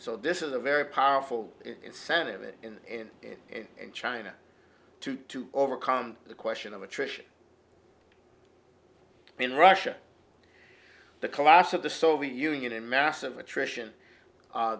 so this is a very powerful incentive it in and in china too to overcome the question of attrition in russia the collapse of the soviet union and massive attrition